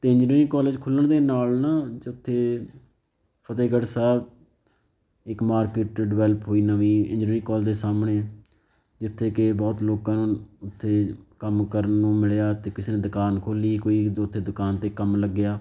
ਅਤੇ engineering college ਖੁੱਲ੍ਹਣ ਦੇ ਨਾਲ ਨਾ ਉੱਥੇ ਫਤਿਹਗੜ੍ਹ ਸਾਹਿਬ ਇੱਕ ਮਾਰਕਿਟ ਡਿਵੈਲਪ ਹੋਈ ਨਵੀਂ ਇੰਜੀਨੀਅਰਿੰਗ ਕੋਲੇਜ ਦੇ ਸਾਹਮਣੇ ਜਿੱਥੇ ਕਿ ਬਹੁਤ ਲੋਕਾਂ ਨੂੰ ਉੱਥੇ ਕੰਮ ਕਰਨ ਨੂੰ ਮਿਲਿਆ ਅਤੇ ਕਿਸੇ ਨੇ ਦੁਕਾਨ ਖੋਲ੍ਹੀ ਕੋਈ ਉੱਥੇ ਦੁਕਾਨ 'ਤੇ ਕੰਮ ਲੱਗਿਆ